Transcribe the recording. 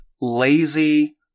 lazy